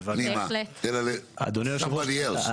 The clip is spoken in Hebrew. אדוני היושב-ראש,